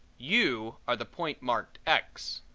you are the point marked x.